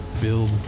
Build